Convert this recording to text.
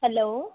hello